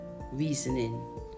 reasoning